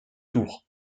tours